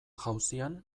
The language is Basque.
jauzian